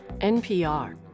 NPR